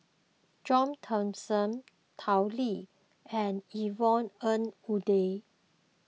John Thomson Tao Li and Yvonne Ng Uhde